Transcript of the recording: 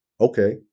Okay